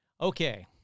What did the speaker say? Okay